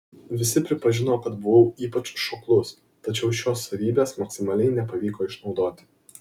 visi pripažino kad buvau ypač šoklus tačiau šios savybės maksimaliai nepavyko išnaudoti